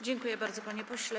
Dziękuję bardzo, panie pośle.